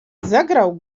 zagrał